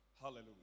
Hallelujah